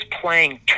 playing